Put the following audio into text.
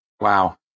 Wow